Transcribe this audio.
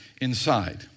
inside